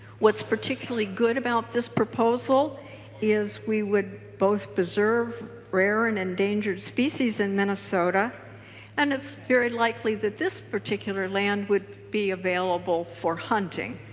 what is particularly good about this proposal is we would both preserve rare and endangered species in minnesota and it's very likely this particular land would be available for hunting.